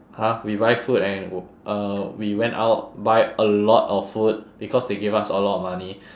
!huh! we buy food and uh we went out buy a lot of food because they gave us a lot of money